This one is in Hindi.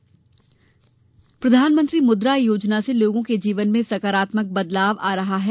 मुद्रायोजना प्रधानमंत्री मुद्रा योजना से लोगों के जीवन में सकारात्मक बदलाव आ रहा है